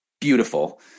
beautiful